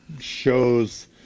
shows